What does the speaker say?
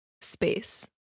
space